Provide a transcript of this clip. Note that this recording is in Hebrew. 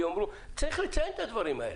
צריך לציין את הדברים האלה.